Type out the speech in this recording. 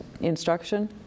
instruction